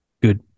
good